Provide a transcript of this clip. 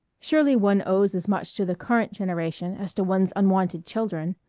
surely one owes as much to the current generation as to one's unwanted children.